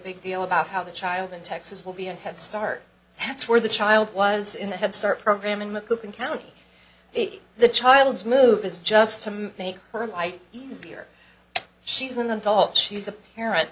big deal about how the child in texas will be a head start that's where the child was in the head start program in mccook in county the child's move is just to make her might easier she's an adult she's a parent